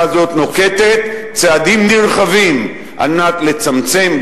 הזאת נוקטת צעדים נרחבים על מנת לצמצם,